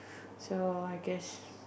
so I guess